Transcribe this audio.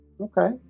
okay